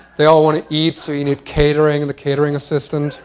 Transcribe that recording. they all want to eat, so you need catering and the catering assistant